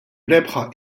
rebħa